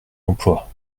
emploi